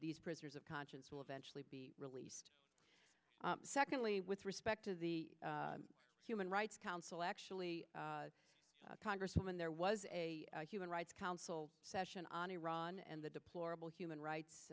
these prisoners of conscience will eventually be released secondly with respect to the human rights council actually congresswoman there was a human rights council session on iran and the deplorable human rights